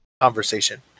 conversation